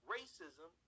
Racism